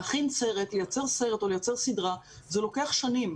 להכין סרט, לייצר סרט או לייצר סדרה זה לוקח שנים.